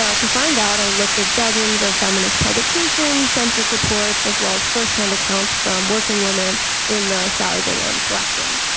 ah to find out i looked at dozens of feminist publications, census reports, as well as first hand accounts from working women in the sallie bingham collection.